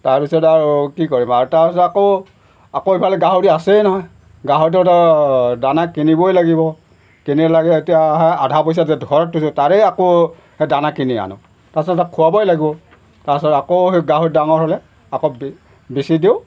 তাৰপিছত আৰু কি কৰিম আৰু তাৰপিছত আকৌ আকৌ ইফালে গাহৰি আছেই নহয় গাহৰি তাৰ দানা কিনিবই লাগিব কিনিব লাগে এতিয়া আধা পইচা যে ঘৰত থৈছোঁ তাৰে আকৌ সেই দানা কিনি আনো তাৰপিছত তাক খোৱাবই লাগিব তাৰপিছত আকৌ সেই গাহৰি ডাঙৰ হ'লে আকৌ বেচি দিওঁ